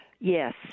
yes